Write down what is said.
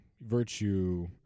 virtue